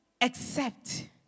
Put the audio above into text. accept